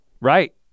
right